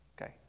okay